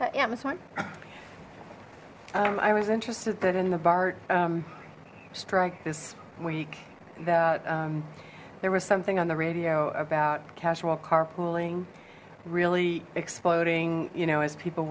one i was interested that in the bart strike this week that there was something on the radio about casual carpooling really exploding you know as people